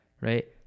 right